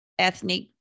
ethnic